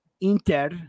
Inter